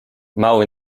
mały